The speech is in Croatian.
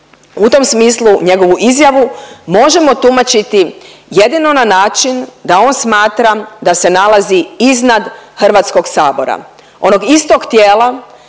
U tom smislu njegovu izjavu možemo tumačiti jedino na način da on smatra da se nalazi iznad HS, onog istoga tijela